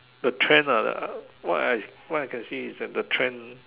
the trend ah what I what I can see is that the trend